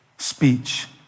Speech